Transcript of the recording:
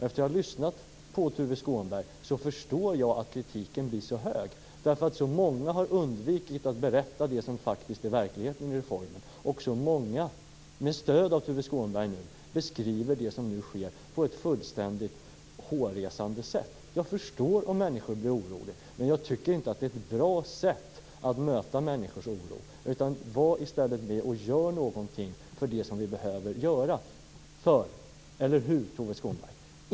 Efter att ha lyssnat på Tuve Skånberg förstår jag att kritiken blir så hög. Det är många som har undvikit att berätta det som faktiskt är verkligheten bakom reformen och som, nu med stöd av Tuve Skånberg, beskriver det som här sker på ett fullständigt hårresande sätt. Jag förstår om människor blir oroliga, men jag tycker inte att det är ett bra sätt att möta människors oro. Var i stället med och gör någonting för det som vi behöver göra! Tuve Skånberg!